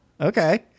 Okay